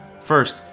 First